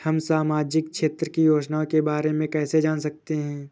हम सामाजिक क्षेत्र की योजनाओं के बारे में कैसे जान सकते हैं?